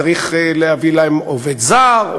צריך להביא להם עובד זר,